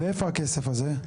ואיפה הכסף הזה?